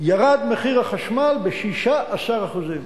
ירד מחיר החשמל ב-16%;